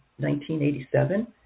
1987